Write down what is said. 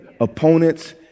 opponents